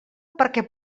perquè